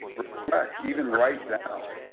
reflect, even write down,